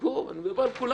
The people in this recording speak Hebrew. גור, אני מדבר על כולנו.